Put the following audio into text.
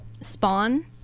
spawn